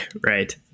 Right